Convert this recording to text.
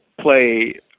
play